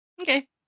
Okay